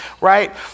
right